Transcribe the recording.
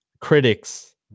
critics